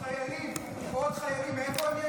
כי צריך חיילים, עוד חיילים, מאיפה הם יגיעו?